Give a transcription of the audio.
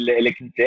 election